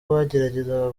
bageragezaga